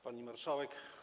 Pani Marszałek!